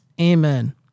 Amen